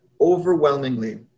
overwhelmingly